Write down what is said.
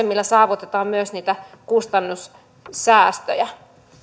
millä saavutetaan myös niitä kustannussäästöjä